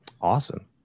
awesome